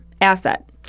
asset